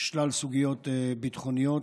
בשלל סוגיות ביטחוניות,